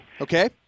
Okay